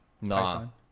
No